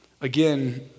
Again